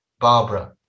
Barbara